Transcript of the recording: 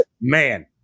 Man